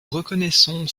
reconnaissons